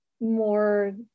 more